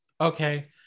okay